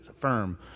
firm